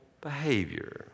behavior